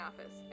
office